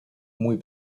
muy